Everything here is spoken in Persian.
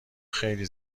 خیلی